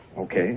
Okay